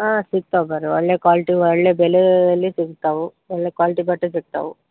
ಹಾಂ ಸಿಗ್ತವೆ ಬನ್ರಿ ಒಳ್ಳೆಯ ಕ್ವಾಲ್ಟಿ ಒಳ್ಳೆಯ ಬೆಲೆಯಲ್ಲಿ ಸಿಗ್ತವೆ ಒಳ್ಳೆಯ ಕ್ವಾಲ್ಟಿ ಬಟ್ಟೆ ಸಿಗ್ತವೆ